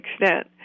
extent